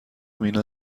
مینا